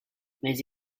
mais